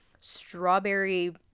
strawberry